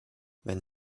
wenn